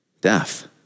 Death